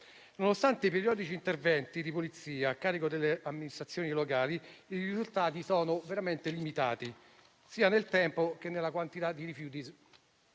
Nonostante i periodici interventi di polizia a carico delle amministrazioni locali, i risultati sono veramente limitati, sia nel tempo sia nella quantità di rifiuti